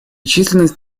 численность